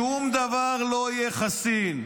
שום דבר לא יהיה חסין.